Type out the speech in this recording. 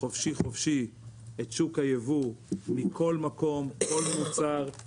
חופשי-חופשי את שוק הייבוא מכל מקום וכל מוצר,